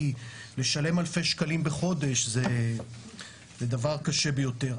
כי לשלם אלפי שקלים בחודש זה דבר קשה ביותר.